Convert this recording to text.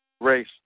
race